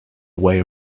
away